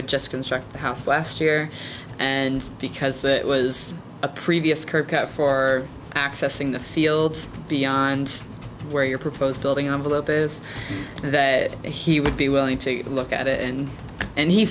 had just construct a house last year and because that was a previous kirk up for accessing the fields beyond where your proposed building i believe is that he would be willing to look at it and